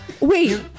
Wait